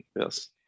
Yes